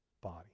body